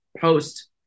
post